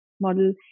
model